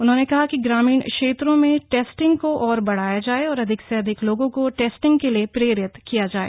उन्होने कहा कि ग्रामीण क्षेत्रों में टेस्टिंग को और बढ़ाया जाए और अधिक से अधिक लोगों को टेस्टिंग के लिए प्रेरित किया जाए